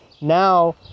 now